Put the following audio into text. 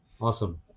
awesome